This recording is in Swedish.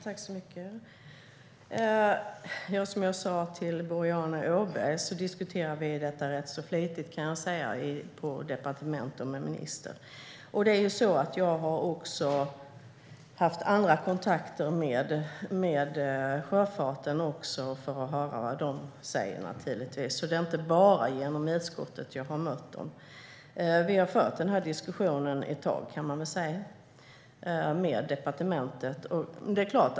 Herr talman! Som jag sa till Boriana Åberg diskuterar vi detta rätt flitigt på departementet och med ministern. Jag har naturligtvis också haft andra kontakter med sjöfarten för att höra vad de säger. Det är inte bara genom utskottet jag har mött dem. Vi har fört den här diskussionen ett tag med departementet.